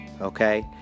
okay